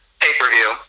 pay-per-view